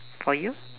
for you